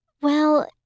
Well